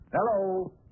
Hello